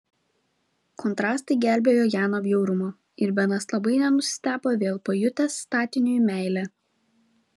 kontrastai gelbėjo ją nuo bjaurumo ir benas labai nenustebo vėl pajutęs statiniui meilę